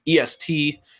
EST